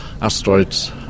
Asteroids